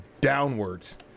downwards